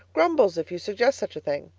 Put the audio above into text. grumbles if you suggest such a thing.